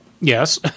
Yes